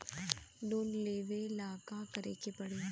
Loan लेबे ला का करे के पड़ी?